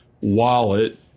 wallet